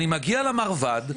אני מגיע למרב"ד,